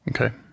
Okay